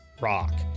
rock